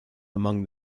among